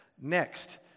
Next